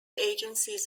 agencies